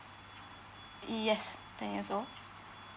yes ten years old